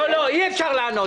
לא, אי אפשר לענות.